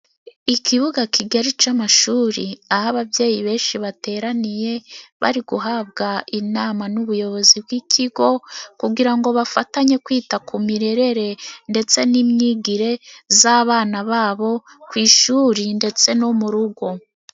Ikibuga kigali c'amashuri aho ababyeyi benshi bateraniye bari guhabwa inama n'ubuyobozi bw'ikigo kugira ngo bafatanye kwita ku mirere ndetse n'imyigire z'abana babo ku ishuri ndetse no mu rugo.